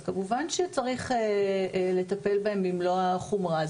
אז כמובן שצריך לטפל בהן במלוא החומרה.